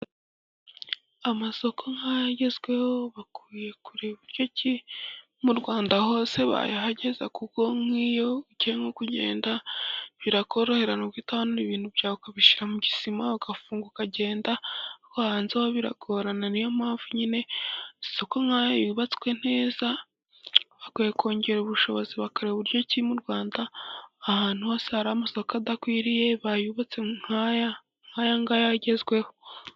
Amasoko nk'aya agezweho bakwiye kureba uburyo ki mu Rwanda hose bayahageza, kuko nk'iyo ugiye nko kugenda, birakorohera nuguhita wanura ibintu byawe ukabishyira mu gisima ugafunga ukagenda, ariko hanze ho biragorana, niyo mpamvu nyine amasoko nkaya yubatswe neza bakwiye kongera ubushobozi bakareba uburyo ki mu Rwanda ahantu hose hari amasoko adakwiriye bayubatse nk'aya nka ayangaya agezweho.